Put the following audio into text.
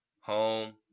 home